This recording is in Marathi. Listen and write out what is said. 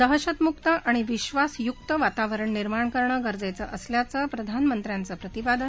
दहशतमुक्त आणि विश्वासयुक्त वातावरण निर्माण करणं गरजेचं असल्याचं प्रधानमंत्र्यांचं प्रतिपादन